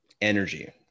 energy